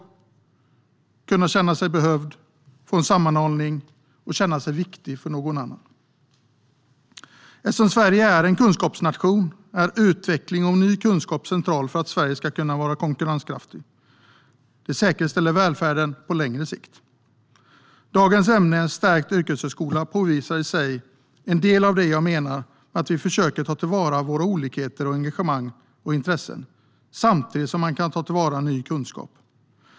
Vi ska kunna känna oss behövda, få sammanhållning och känna oss viktiga för någon annan. Eftersom Sverige är en kunskapsnation är utveckling av ny kunskap en central fråga för att Sverige ska kunna vara konkurrenskraftigt. Detta säkerställer välfärden på längre sikt. Betänkandet vi talar om här, En stärkt yrkeshögskol a , visar i sig på en del av det jag menar med att vi försöker ta vara på våra olikheter, vårt engagemang och våra intressen, samtidigt som man kan ta till vara ny kunskap.